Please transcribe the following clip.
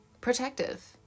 protective